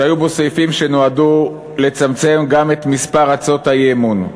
שהיו בו סעיפים שנועדו לצמצם גם את מספר הצעות האי-אמון.